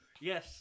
Yes